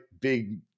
big